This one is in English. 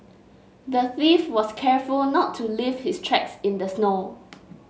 the thief was careful not to leave his tracks in the snow